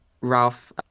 Ralph